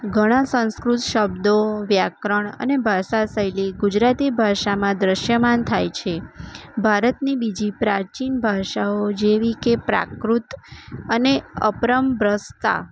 ઘણા સંસ્કૃત શબ્દો વ્યાકરણ અને ભાષા શૈલી ગુજરાતી ભાષામાં દ્રશ્યમાન થાય છે ભારતની બીજી પ્રાચીન ભાષાઓ જેવી કે પ્રાકૃત અને અપભ્રંશતા